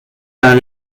dans